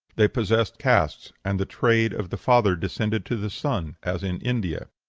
they possessed castes and the trade of the father descended to the son, as in india.